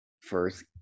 first